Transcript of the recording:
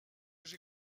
j’ai